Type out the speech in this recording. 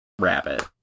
rabbit